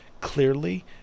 clearly